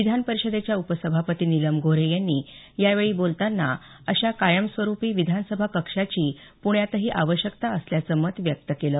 विधान परिषदेच्या उपसभापती नीलम गोऱ्हे यांनी यावेळी बोलताना अशा कायमस्वरुपी विधानसभा कक्षाची प्ण्यात ही आवश्यकता असल्याचं मत व्यक्त केलं